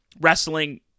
wrestling